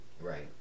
right